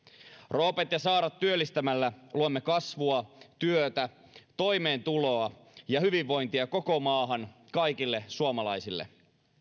roopet ja saarat työllistämällä luomme kasvua työtä toimeentuloa ja hyvinvointia koko maahan kaikille suomalaisille